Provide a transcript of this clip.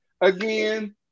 again